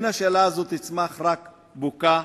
מן השאלה הזאת תצמח רק בוקה,